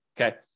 okay